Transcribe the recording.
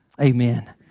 amen